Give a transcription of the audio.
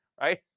right